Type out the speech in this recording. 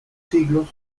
siglos